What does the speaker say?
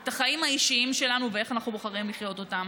את החיים האישיים שלנו ואיך אנחנו בוחרים לחיות אותם.